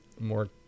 more